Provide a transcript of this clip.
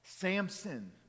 Samson